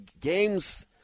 games –